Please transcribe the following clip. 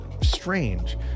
strange